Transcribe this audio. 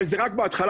אבל זה רק בהתחלה.